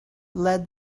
led